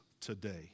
today